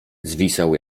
zwisał